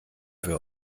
wir